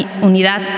unidad